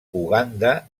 uganda